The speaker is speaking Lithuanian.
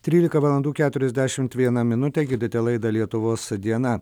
trylika valandų keturiasdešimt viena minutė girdite laidą lietuvos diena